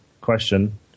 question